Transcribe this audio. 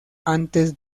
antes